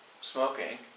smoking